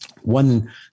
One